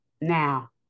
Now